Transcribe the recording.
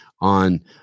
on